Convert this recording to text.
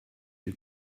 you